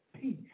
peace